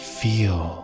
feel